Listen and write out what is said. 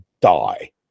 die